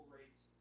rates